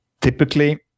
typically